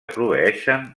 proveeixen